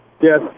yes